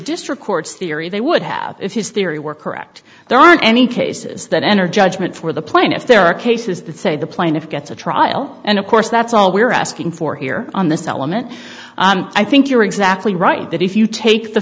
district court's theory they would have if his theory were correct there aren't any cases that enter judgment for the plaintiff there are cases that say the plaintiff gets a trial and of course that's all we're asking for here on this element i think you're exactly right that if you take the